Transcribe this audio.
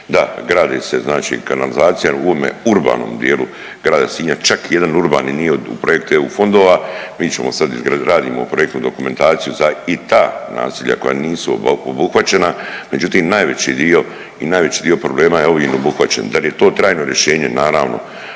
da gradi se znači kanalizacija u ovome urbanom dijelu grada Sinja, čak i jedan urbani nije u projektu EU fondova. Mi ćemo sad izgraditi, radimo projektnu dokumentaciju za i ta naselja koja nisu obuhvaćena, međutim, najveći dio i najveći dio problema je ovim obuhvaćen. Da li je to trajno rješenje? Naravno,